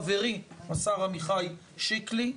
חברי השר עמיחי שיקלי,